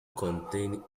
contains